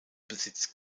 besitzt